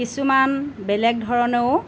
কিছুমান বেলেগ ধৰণেও